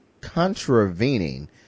contravening